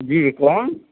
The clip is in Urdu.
جی کون